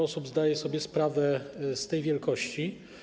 osób zdaje sobie sprawę z tej wielkości.